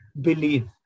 believe